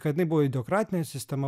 kad jinai buvo ideokratinė sistema